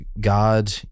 god